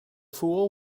fool